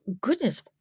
goodness